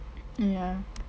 ya